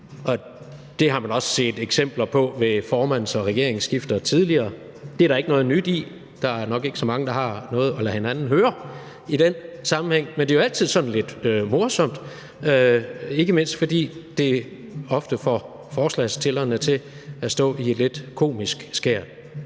Det har man også set eksempler på ved formands- og regeringsskifter tidligere. Det er der ikke noget nyt i. Der er nok ikke så mange, der har noget at lade hinanden høre i den sammenhæng, men det er jo altid sådan lidt morsomt, ikke mindst fordi det ofte får forslagsstillerne til at stå i et lidt komisk skær.